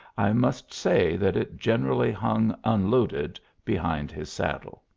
i must say, that it generally hung unloaded behind his saddle.